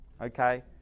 okay